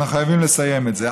אנחנו חייבים לסיים את זה.